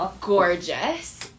gorgeous